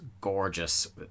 gorgeous